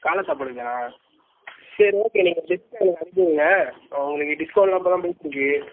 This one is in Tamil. காலை சாப்பாடுக்கா சரி ஓகே நீங்கள் லிஸ்ட் எனக்கு அனுப்பிவுடுங்க உங்களுக்கு டிஸ்கவுண்ட்லாம் இப்போ தான் போயிட்ருக்குது